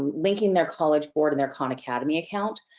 linking their college board and their khan academy account.